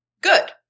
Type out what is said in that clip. Good